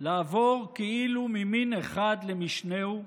לעבור כאילו ממין אחד למשנהו,